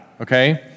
okay